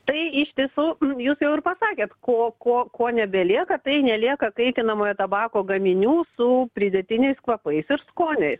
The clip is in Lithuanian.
tai iš tiesų jūs jau ir pasakėt ko ko ko nebelieka tai nelieka kaitinamojo tabako gaminių su pridėtiniais kvapais ir skoniais